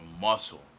muscle